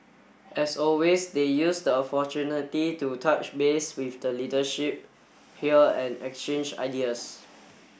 as always they used the opportunity to touch base with the leadership here and exchange ideas